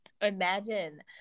imagine